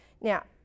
Now